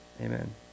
Amen